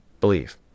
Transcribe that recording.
believe